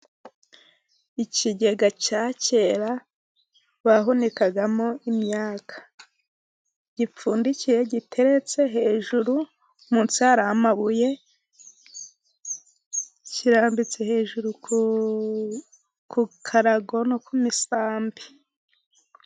Ikigega cya kera bahunikagamo imyaka gipfundikiye giteretse hejuru, munsi hari amabuye kirambitse hejuru ku karago no ku misambi.